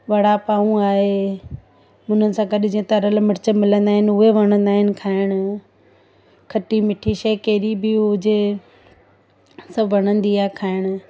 वड़ा पाउ आहे उनसां गॾु जीअं तरियलु मिर्च मिलंदा आहिनि उहे वणंदा आहिनि खाइणु खटी मिठी शइ कहिड़ी बि हुजे सभु वणंदी आहे खाइणु